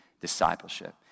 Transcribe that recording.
discipleship